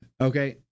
Okay